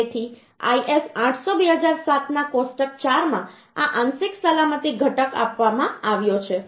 તેથી IS 800 2007 ના કોષ્ટક 4 માં આ આંશિક સલામતી ઘટક ો આપવામાં આવ્યા છે